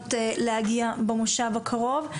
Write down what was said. שאמורות להגיע במושב הקרוב,